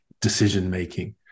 decision-making